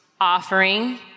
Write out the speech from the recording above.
offering